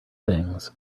things